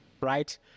Right